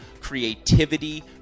creativity